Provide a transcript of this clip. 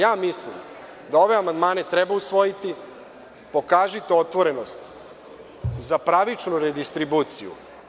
Ja mislim da ove amandmane treba usvojiti, pokažite otvorenost za pravičnu redistribuciju.